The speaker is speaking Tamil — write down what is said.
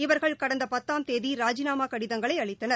இவர்கள் கடந்த பத்தாம் தேதி ராஜிநாமா கடிதங்களை அளித்தனர்